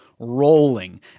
rolling